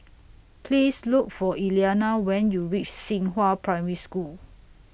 Please Look For Elliana when YOU REACH Xinghua Primary School